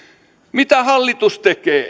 vaikutus mitä hallitus tekee